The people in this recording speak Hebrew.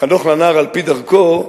חנוך לנער על-פי דרכו,